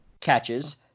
catches